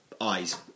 eyes